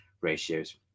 ratios